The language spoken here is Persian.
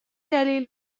دلیل